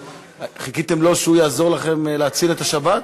חיכיתם לו שהוא יעזור לכם להציל את השבת?